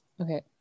okay